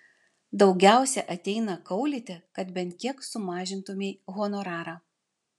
daugiausiai ateina kaulyti kad bent kiek sumažintumei honorarą